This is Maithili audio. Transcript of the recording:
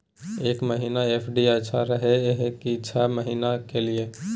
एक महीना एफ.डी अच्छा रहय हय की छः महीना के लिए?